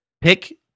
Pick